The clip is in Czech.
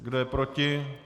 Kdo je proti?